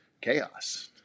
chaos